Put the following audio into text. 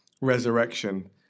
resurrection